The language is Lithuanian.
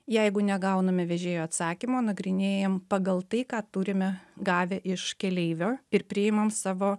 jeigu negauname vežėjo atsakymo nagrinėjam pagal tai ką turime gavę iš keleivio ir priimam savo